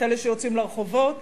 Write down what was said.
את אלה שיוצאים לרחובות,